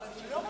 האם זה הפיך?